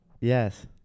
Yes